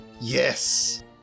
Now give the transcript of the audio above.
yes